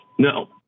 No